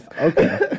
okay